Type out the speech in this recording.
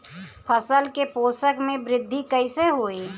फसल के पोषक में वृद्धि कइसे होई?